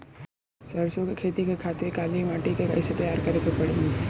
सरसो के खेती के खातिर काली माटी के कैसे तैयार करे के पड़ी?